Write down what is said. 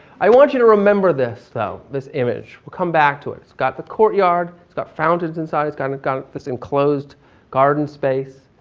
i want you to remember this though, this image. we'll come back to it. it's got the courtyard, it's got fountains inside, it's kind of got this enclosed garden space,